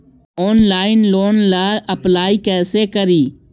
Online loan ला apply कैसे करी?